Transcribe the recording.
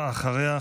ואחריה,